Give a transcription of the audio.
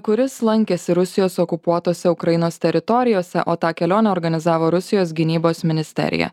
kuris lankėsi rusijos okupuotose ukrainos teritorijose o tą kelionę organizavo rusijos gynybos ministerija